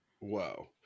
Whoa